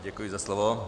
Já děkuji za slovo.